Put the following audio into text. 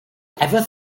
ever